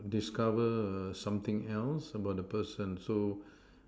discover err something else about the person so